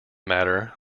matter